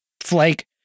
Flake